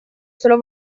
solo